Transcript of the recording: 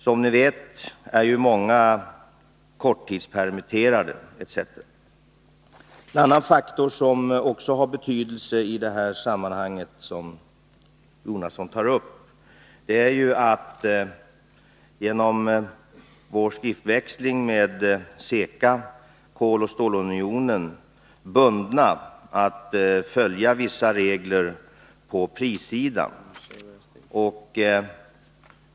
Som ni vet är många korttidspermitterade. En annan faktor som också har betydelse i detta sammanhang är att vi, genom vår skriftväxling med CECA, Europeiska koloch stålunionen, är bundna av att följa vissa regler på prissidan.